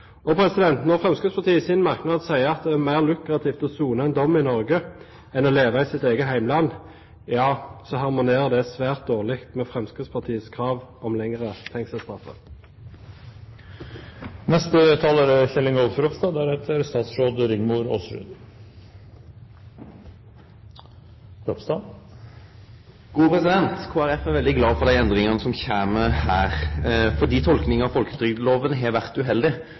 Når Fremskrittspartiet i sin merknad sier at det er mer lukrativt å sone en dom i Norge enn å leve i sitt eget hjemland, ja så harmonerer det svært dårlig med Fremskrittspartiets krav om lengre fengselsstraffer. Kristeleg Folkeparti er veldig glad for dei endringane som kjem her, fordi tolkinga av folketrygdlova har vore uheldig. Det er eg glad for